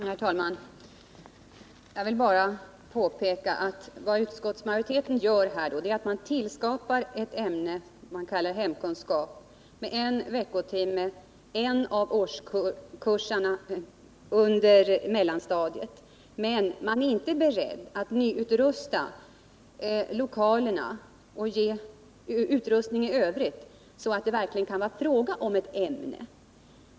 Herr talman! Jag vill bara påpeka att utskottsmajoriteten skapar ett ämne, kallat hemkunskap, med en veckotimme i en av årskurserna på mellanstadiet. Man är emellertid inte beredd att nyutrusta lokalerna och ställa utrustning i övrigt till förfogande, så att det verkligen kan bli fråga om ett ämne.